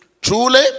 Truly